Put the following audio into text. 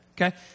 Okay